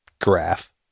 graph